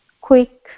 quick